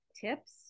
tips